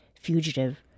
Fugitive